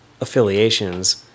affiliations